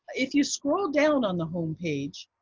if you scroll down on the home page,